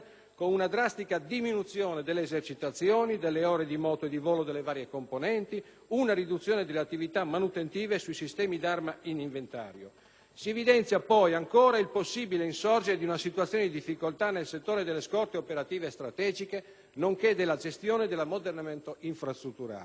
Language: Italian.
con una drastica diminuzione delle esercitazioni, delle ore di moto e di volo delle varie componenti, nonché una riduzione delle attività manutentive sui sistemi d'arma in inventario. Si evidenzia, ancora, il possibile insorgere di una situazione di difficoltà nel settore delle scorte operative e strategiche, nonché nella gestione dell'ammodernamento infrastrutturale.